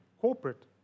corporate